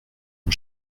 mon